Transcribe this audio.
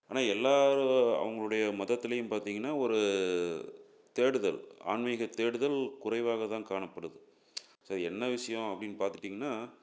ஆனால் எல்லாரும் அவங்களுடைய மதத்துலேயும் பார்த்தீங்கன்னா ஒரு தேடுதல் ஆன்மீகத் தேடுதல் குறைவாக தான் காணப்படுது சரி என்ன விஷியம் அப்படின்னு பார்த்துட்டிங்கன்னா